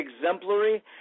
exemplary